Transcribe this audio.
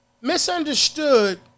Misunderstood